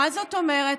מה זאת אומרת,